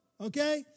okay